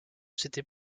s’était